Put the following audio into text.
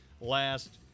last